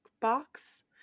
box